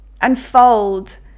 unfold